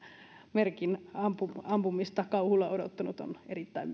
merkin ampumista ampumista kauhulla odottanut on erittäin